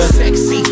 sexy